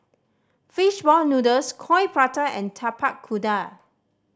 fish ball noodles Coin Prata and Tapak Kuda